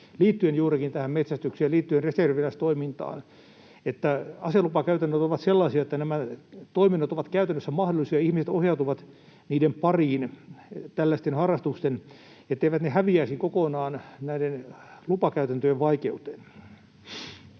liittyen juurikin tähän metsästykseen, liittyen reserviläistoimintaan ja siihen, että aselupakäytännöt ovat sellaisia, että nämä toiminnot ovat käytännössä mahdollisia, ihmiset ohjautuvat tällaisten harrastusten pariin, etteivät ne häviäisi kokonaan näiden lupakäytäntöjen vaikeuteen.